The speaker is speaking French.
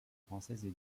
françaises